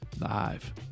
live